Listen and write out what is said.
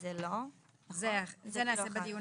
יבוא: "תוספת שישית (סעיף 26ז(ב)) את זה נעשה בדיון